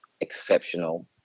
exceptional